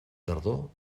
tardor